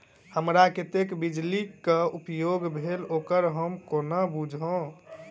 हमरा कत्तेक बिजली कऽ उपयोग भेल ओकर हम कोना बुझबै?